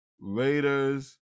Raiders